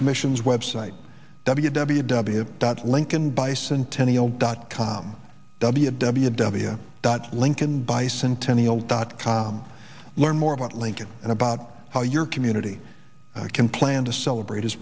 commission's web site w w w dot lincoln bicentennial dot com w w w dot lincoln bicentennial dot com learn more about lincoln and about how your community can plan to celebrate his